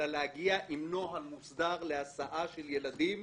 אלא להגיע עם נוהל מוסדר להסעה של ילדים